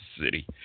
City